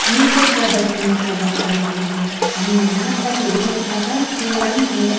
नृत्य प्रदर्शनमा प्रभावका री भनेको हामीलाई नाच्दाखेरि एक प्रकारको राम्रो